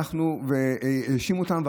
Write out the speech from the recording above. והוא האשים אותם.